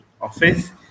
office